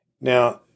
Now